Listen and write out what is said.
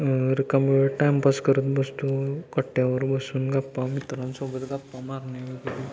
रिकामं टाइमपास करत बसतो कट्ट्यावर बसून गप्पा मित्रांसोबत गप्पा मारणे